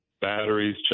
batteries